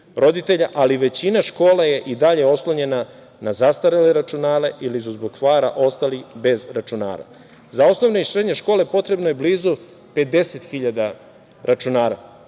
ali većina škola je i dalje oslonjena na zastarele računare ili su zbog kvara ostali bez računara. Za osnovne i srednje škole potrebno je blizu 50.000 računara,